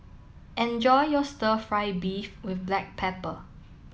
enjoy your Stir Fry Beef with Black Pepper